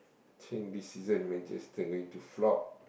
think this season Manchester going to flop